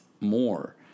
more